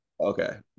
Okay